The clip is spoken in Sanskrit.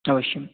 अवश्यं